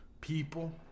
people